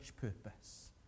purpose